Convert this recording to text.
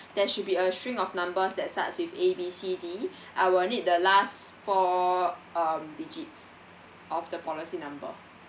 there should be a string of numbers that starts with A B C D I will need the last four um digits of the policy number